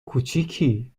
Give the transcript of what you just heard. کوچیکی